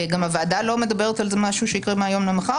וגם הוועדה לא מדברת על זה כמשהו שיקרה מהיום למחר,